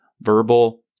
verbal